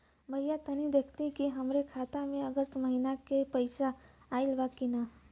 भईया तनि देखती की हमरे खाता मे अगस्त महीना में क पैसा आईल बा की ना?